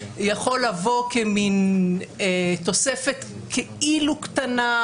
יכול לבוא כמין תוספת כאילו קטנה,